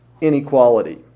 inequality